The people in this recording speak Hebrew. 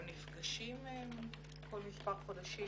הם נפגשים כל מספר חודשים,